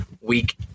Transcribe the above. week